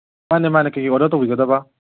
ꯃꯥꯅꯦ ꯃꯥꯅꯦ ꯀꯔꯤ ꯀꯔꯤ ꯑꯣꯗꯔ ꯇꯧꯕꯤꯒꯗꯕ